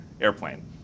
airplane